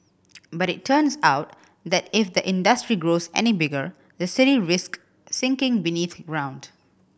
but it turns out that if the industry grows any bigger the city risk sinking beneath ground